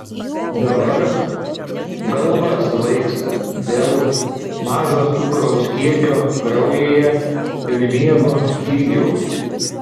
dabar galva svaigsta dėl mažo cukraus kiekio kraujyje ir miego stygiaus